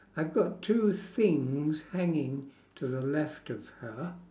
I've got two things hanging to the left of her